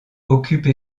occupe